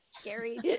scary